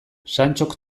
santxok